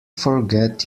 forget